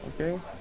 Okay